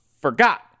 forgot